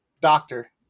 doctor